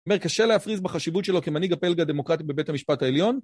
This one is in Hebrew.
זאת אומרת, קשה להפריז בחשיבות שלו כמנהיג הפלג הדמוקרטי בבית המשפט העליון.